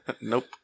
Nope